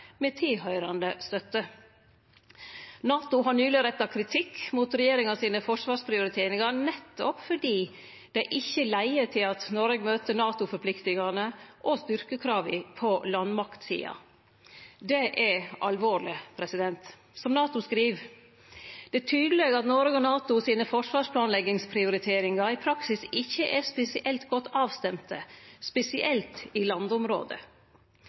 med tilhøyrande støtte. NATO har nyleg retta kritikk mot forsvarsprioriteringane til regjeringa, nettopp fordi dei ikkje leiar til at Noreg møter NATO-forpliktingane og styrkekrava på landmaktsida. Det er alvorleg. NATO skriv at det er tydeleg at Noreg og NATO sine forsvarsplanleggingsprioriteringar i praksis ikkje er spesielt godt avstemde, spesielt i